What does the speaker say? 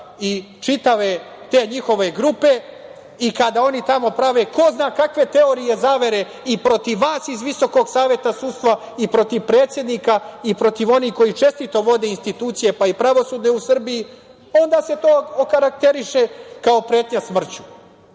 i čitave te njihove grupe i kada oni tamo prave ko zna kakve teorije zavere i protiv vas iz Visokog saveta sudstva i protiv predsednika i protiv onih koji čestito vode institucije, pa i pravosudne u Srbiji, onda se to okarakteriše kao pretnja smrću.